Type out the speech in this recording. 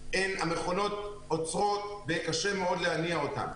המכונות עוצרות וקשה מאוד להניע אותן.